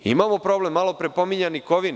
Imamo problem, malo pre pominjani Kovin.